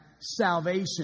salvation